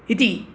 इति